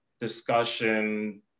discussion